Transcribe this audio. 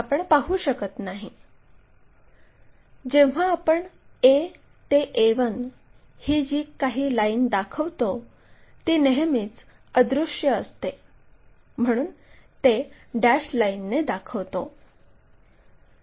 जेव्हा आपण A ते A1 ही जी काही लाईन दाखवतो ती नेहमीच अदृश्य असते म्हणून ते डॅश लाईनने दाखवतो